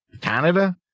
Canada